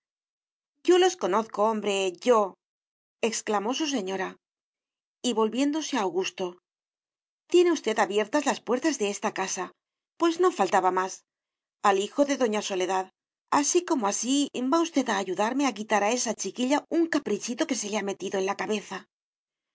yo los conozco hombre yoexclamó su señora y volviéndose a augusto tiene usted abiertas las puertas de esta casa pues no faltaba más al hijo de doña soledad así como así va usted a ayudarme a quitar a esa chiquilla un caprichito que se le ha metido en la cabeza